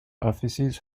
offices